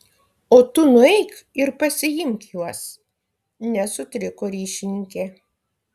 o tu nueik ir pasiimk juos nesutriko ryšininkė